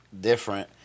different